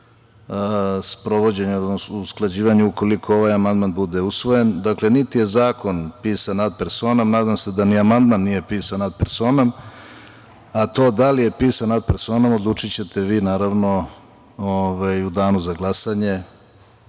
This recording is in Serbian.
usklađivanje ukoliko ovaj amandman bude usvojen. Dakle, niti je zakon pisan „ad personom“ nadam se da ni amandman nije pisan „ad personom“, a to da li je pisan „ad personom“ odlučićete vi naravno u danu za glasanje.